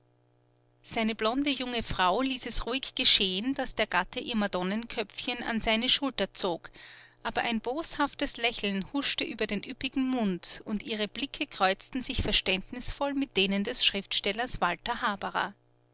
seine blonde junge frau ließ es ruhig geschehen daß der gatte ihr madonnenköpfchen an seine schulter zog aber ein boshaftes lächeln huschte über den üppigen mund und ihre blicke kreuzten sich verständnisvoll mit denen des schriftstellers walter haberer